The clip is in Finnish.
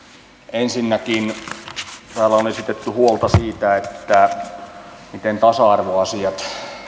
ensinnäkin täällä on esitetty huolta siitä miten tasa arvoasiat